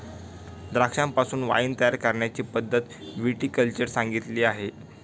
द्राक्षांपासून वाइन तयार करण्याची पद्धतही विटी कल्चर सांगितली आहे